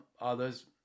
Others